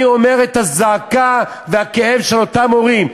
אני אומר את הזעקה והכאב של אותם הורים.